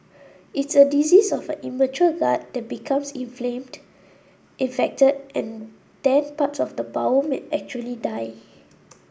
it's a disease of an immature gut that becomes inflamed infected and then parts of the bowel may actually die